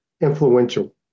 influential